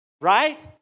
Right